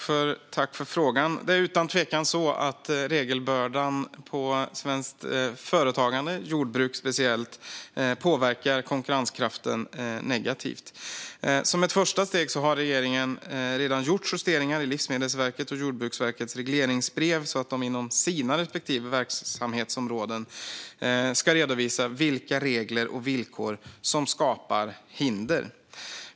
Fru talman! Det är utan tvekan så att regelbördan på svenskt företagande, jordbruk speciellt, påverkar konkurrenskraften negativt. Som ett första steg har regeringen redan gjort justeringar i Livsmedelsverkets och Jordbruksverkets regleringsbrev så att de inom sina respektive verksamhetsområden ska redovisa vilka regler och villkor som skapar hinder.